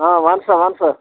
آ وَن سا وَن سا